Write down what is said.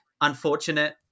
unfortunate